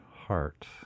heart